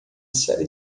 série